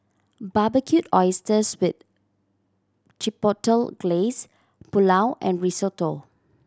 Barbecued Oysters with Chipotle Glaze Pulao and Risotto